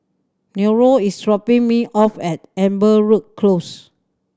Nello is dropping me off at Amberwood Close